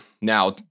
now